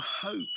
hope